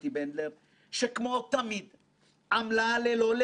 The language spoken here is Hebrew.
מתחת ידינו ושהדוח יונח על אדני ברזל משפטיים.